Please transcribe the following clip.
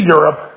Europe